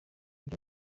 byo